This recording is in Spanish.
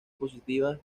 positivas